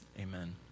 Amen